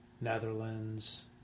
Netherlands